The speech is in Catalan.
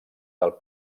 del